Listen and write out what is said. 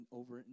over